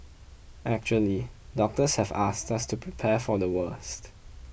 actually doctors have asked us to prepare for the worst